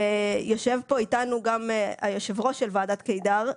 יושב פה איתנו גם היושב-ראש של ועדת קידר,